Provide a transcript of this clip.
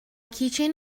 keychain